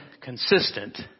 consistent